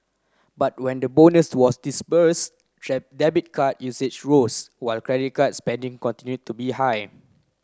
but when the bonus was disburse debit card usage rose while credit card spending continue to be high